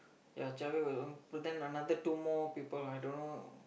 ya Jia-Wei Wei-Lun put them another two more people lah I don't know